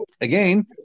again